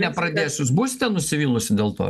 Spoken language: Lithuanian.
nepradės jūs būste nusivylusi dėl to